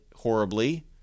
horribly